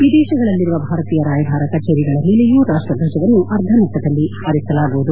ವಿದೇಶಗಳಲ್ಲಿರುವ ಭಾರತೀಯ ರಾಯಭಾರ ಕಚೇರಿಗಳ ಮೇಲೆಯೂ ರಾಷ್ಸಧ್ವಜವನ್ನು ಅರ್ಧಮಟ್ಟದಲ್ಲಿ ಹಾರಿಸಲಾಗುವುದು